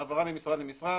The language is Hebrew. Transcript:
העברה ממשרה למשרה,